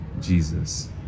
Jesus